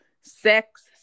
sex